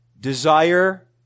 desire